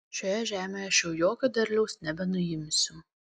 šioje žemėje aš jau jokio derliaus nebenuimsiu